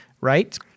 right